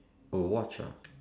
oh watch lah